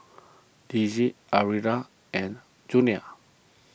Dicie Alvira and Junia